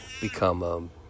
become